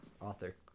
author